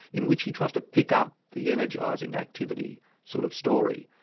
in which he tries to pick up the energising activity sort of story,